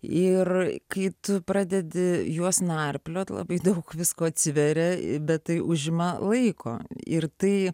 ir kai tu pradedi juos narpliot labai daug visko atsiveria bet tai užima laiko ir tai